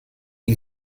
ihn